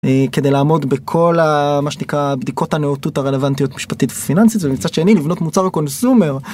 כדי לעמוד בכל מה שנקרא בדיקות הנאותות הרלוונטיות משפטית ופיננסית ומצד שני לבנות מוצר קונסיומר.